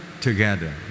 together